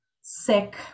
sick